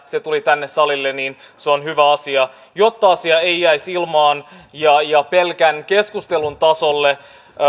se tuli tänne salille on hyvä asia jotta asia ei jäisi ilmaan ja pelkän keskustelun tasolle